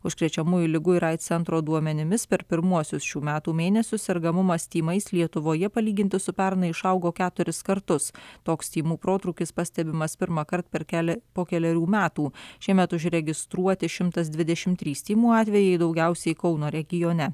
užkrečiamųjų ligų ir aids centro duomenimis per pirmuosius šių metų mėnesius sergamumas tymais lietuvoje palyginti su pernai išaugo keturis kartus toks tymų protrūkis pastebimas pirmąkart per kelią po kelerių metų šiemet užregistruoti šimtas dvidešimt trys tymų atvejai daugiausiai kauno regione